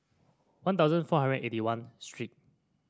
One Thousand four hundred eighty one street